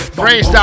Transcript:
freestyle